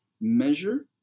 measure